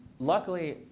luckily,